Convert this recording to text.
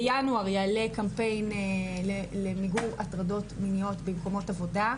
בינואר יעלה קמפיין למיגור הטרדות מיניות במקומות עבודה,